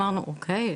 אמרנו אוקיי,